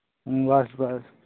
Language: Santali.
ᱦᱮᱸ ᱵᱟᱥ ᱵᱟᱥ